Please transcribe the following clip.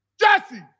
Jesse